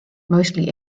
mostly